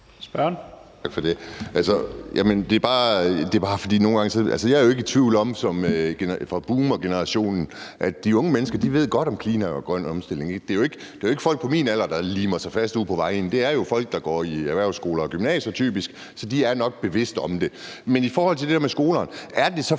ikke i tvivl om, at de unge mennesker godt ved om klimaet og den grønne omstilling. Det er jo ikke folk på min alder, der limer sig fast ude på vejene, men det er jo typisk folk, der går i erhvervsskoler og i gymnasier, så de er nok bevidste om det. Men er det i forhold til det der med skolerne så